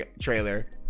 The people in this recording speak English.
trailer